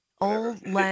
Old